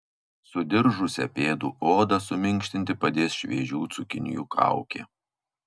sudiržusią pėdų odą suminkštinti padės šviežių cukinijų kaukė